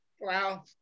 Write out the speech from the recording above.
wow